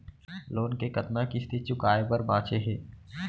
Loan के कतना किस्ती चुकाए बर बांचे हे?